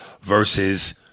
versus